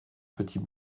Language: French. petits